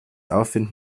aufwind